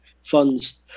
funds